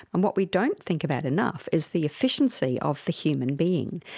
and what we don't think about enough is the efficiency of the human being.